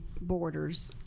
borders